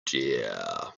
dear